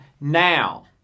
now